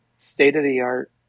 state-of-the-art